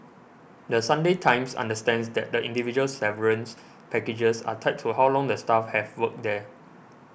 The Sunday Times understands that the individual severance packages are tied to how long the staff have worked there